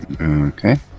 Okay